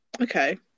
Okay